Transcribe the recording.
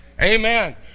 amen